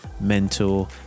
mentor